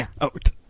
out